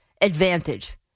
advantage